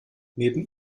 neben